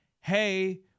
hey